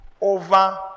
over